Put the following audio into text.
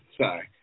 sorry